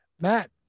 Matt